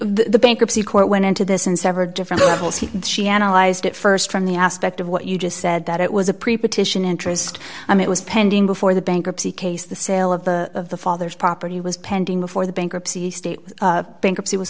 the bankruptcy court went into this in several different levels he she analyzed it st from the aspect of what you just said that it was a pre partition interest i'm it was pending before the bankruptcy case the sale of the of the father's property was pending before the bankruptcy state bankruptcy w